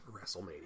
WrestleMania